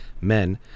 men